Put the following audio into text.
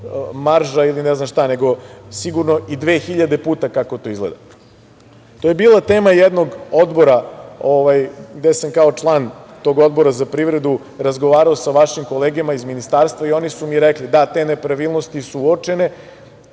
marža ili ne znam šta, nego sigurno dve hiljade puta kako to izgleda. To je bila tema jednog odbora, gde sam kao član tog Odbora za privredu razgovarao sa vašim kolegama iz ministarstva i oni su mi rekli – da, te nepravilnosti su uočene,